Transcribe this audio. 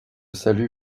salue